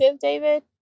David